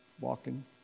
walking